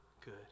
good